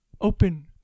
open